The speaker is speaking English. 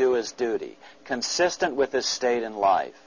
do is duty consistent with this stage in life